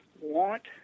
want